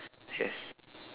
yes